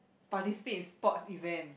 participate in sports event